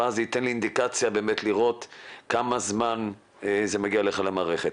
ואז זה ייתן לי אינדיקציה לראות כמה זמן זה מגיע אליך למערכת.